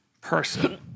person